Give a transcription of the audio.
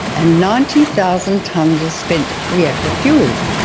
and ninety thousand tonnes of spent reactor fuel.